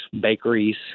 bakeries